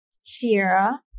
Sierra